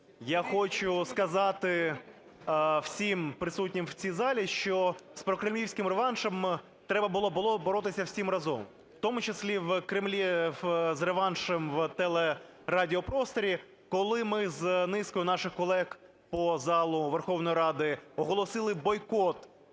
я хочу сказати всім присутнім в цій залі, що з прокремлівським реваншем треба було боротися всім разом, в тому числі в Кремлі... з реваншем в телерадіопросторі. Коли ми з низкою наших колег по залу Верховної Ради оголосили бойкот